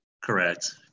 Correct